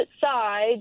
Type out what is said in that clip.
side